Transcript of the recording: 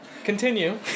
Continue